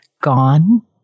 gone